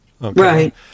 Right